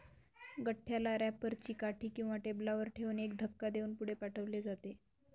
गठ्ठ्याला रॅपर ची काठी किंवा टेबलावर ठेवून एक धक्का देऊन पुढे पाठवले जाते